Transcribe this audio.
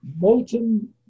molten